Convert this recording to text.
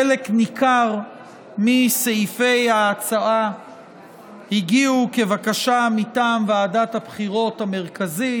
חלק ניכר מסעיפי ההצעה הגיעו כבקשה מטעם ועדת הבחירות המרכזית,